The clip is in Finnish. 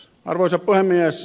arvoisa puhemies